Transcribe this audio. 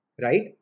Right